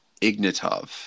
Ignatov